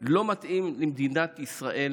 לא מתאים למדינת ישראל